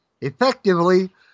effectively